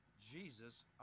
Jesus